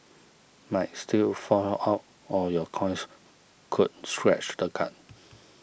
might still fall out or your coins could scratch the card